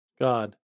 God